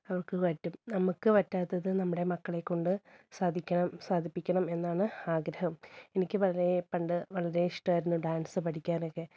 അവൾക്ക് പറ്റും നമുക്കു പറ്റാത്തത് നമ്മുടെ മക്കളെക്കൊണ്ട് സാധിക്കണം സാധിപ്പിക്കണം എന്നാണ് ആഗ്രഹം എനിക്കു വളരെ പണ്ട് വളരെ ഇഷ്ടമായിരുന്നു ഡാൻസ് പഠിക്കാനൊക്കെ